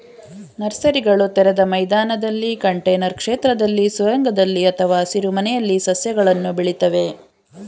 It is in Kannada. ನರ್ಸರಿಗಳು ತೆರೆದ ಮೈದಾನದಲ್ಲಿ ಕಂಟೇನರ್ ಕ್ಷೇತ್ರದಲ್ಲಿ ಸುರಂಗದಲ್ಲಿ ಅಥವಾ ಹಸಿರುಮನೆಯಲ್ಲಿ ಸಸ್ಯಗಳನ್ನು ಬೆಳಿತವೆ